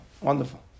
Wonderful